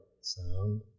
sound